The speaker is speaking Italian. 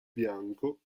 bianco